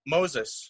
Moses